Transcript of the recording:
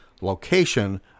Location